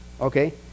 okay